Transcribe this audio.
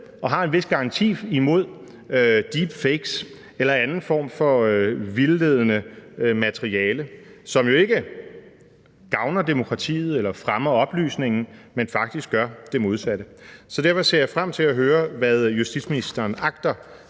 man har en vis garanti imod deepfakes eller anden form for vildledende materiale, som jo ikke gavner demokratiet eller fremmer oplysningen, men faktisk gør det modsatte. Så derfor ser jeg frem til at høre, hvad justitsministeren agter